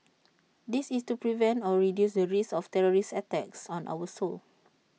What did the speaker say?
this is to prevent or reduce the risk of terrorist attacks on our soil